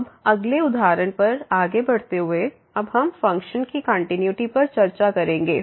अब अगले उदाहरण पर आगे बढ़ते हुए अब हम फ़ंक्शन की कंटिन्यूटी पर चर्चा करेंगे